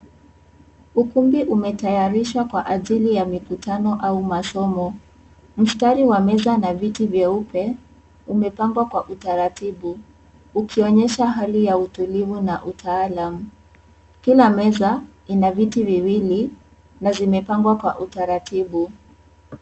Ukumbi umetayarishwa kwa ajili ya mikutano au masomo. Mistari wa meza na viti vyeupe, umepangwa kwa utaratibu. Ukionyesha hali ya utulivu na utaalam. Kila meza ina viti viwili na zimepangwa kwa utaratibu.